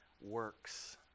works